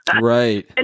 Right